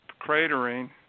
cratering